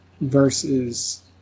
versus